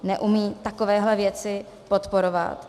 Neumí takovéhle věci podporovat.